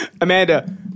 Amanda